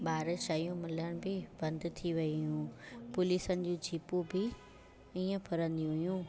ॿाहिरि शयूं बि मिलणु बंदि थी वियूं हुयूं पुलिसनि जी जीपूं बि ईअं फिरंदी हुयूं